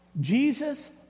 Jesus